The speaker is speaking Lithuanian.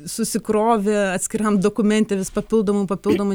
susikrovė atskiram dokumente vis papildomų papildomų